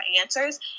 answers